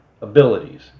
abilities